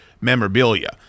memorabilia